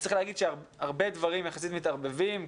צריך להגיד שהרבה דברים יחסית מתערבבים,